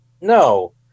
No